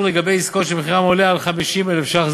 לגבי עסקאות שמחירן עולה על 50,000 ש"ח,